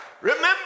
Remember